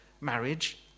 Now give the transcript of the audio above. marriage